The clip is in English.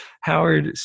Howard –